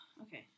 okay